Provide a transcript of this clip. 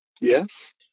Yes